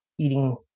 eating